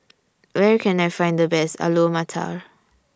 Where Can I Find The Best Alu Matar